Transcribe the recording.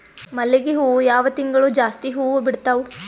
ಮಲ್ಲಿಗಿ ಹೂವು ಯಾವ ತಿಂಗಳು ಜಾಸ್ತಿ ಹೂವು ಬಿಡ್ತಾವು?